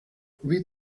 read